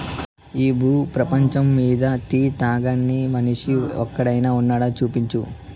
ఈ భూ పేపంచమ్మీద టీ తాగని మనిషి ఒక్కడైనా వున్నాడా, చూపించు